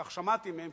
כך שמעתי מהם,